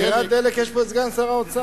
מחירי הדלק, יש פה את סגן שר האוצר.